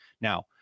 Now